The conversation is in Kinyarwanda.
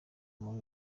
muri